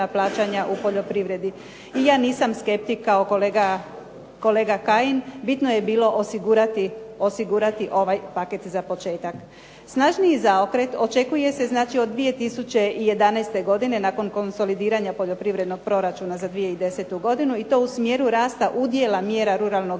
plaćanja u poljoprivredi. I ja nisam skeptik kao kolega Kajin. Bitno je bilo osigurati ovaj paket za početak. Snažniji zaokret očekuje se znači od 2011. godine nakon konsolidiranja poljoprivrednog proračuna za 2010. godinu i to u smjeru rasta udjela mjera ruralnog